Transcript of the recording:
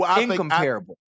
incomparable